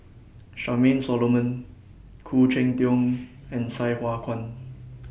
Charmaine Solomon Khoo Cheng Tiong and Sai Hua Kuan